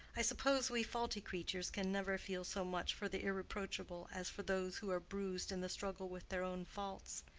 i suppose we faulty creatures can never feel so much for the irreproachable as for those who are bruised in the struggle with their own faults.